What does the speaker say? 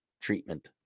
treatment